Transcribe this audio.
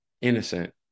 innocent